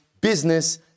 business